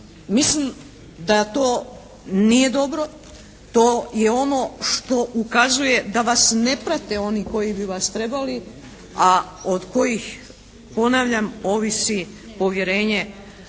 Mislim da to nije dobro. To je ono što ukazuje da vas ne prate oni koji bi vas trebali, a od kojih ponavljam ovisi povjerenje